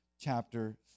chapter